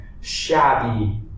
shabby